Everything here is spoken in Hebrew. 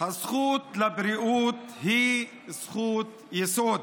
הזכות לבריאות היא זכות יסוד.